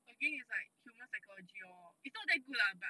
again it's like human psychology lor it's not that good lah but